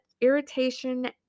irritation